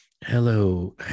Hello